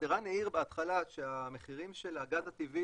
ערן העיר בהתחלה שהמחירים של הגז הטבעי